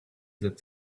that